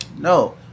no